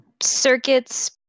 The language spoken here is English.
circuits